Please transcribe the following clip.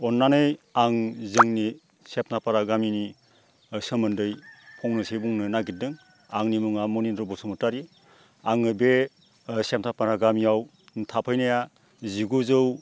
अननानै आं जोंनि सेबनाफारा गामिनि सोमोन्दै फंनैसो बुंनो नागिरदों आंनि मुङा मनिन्द्र बसुमतारि आङो बे सेबनाफारा गामियाव थाफैनाया जिगुजौ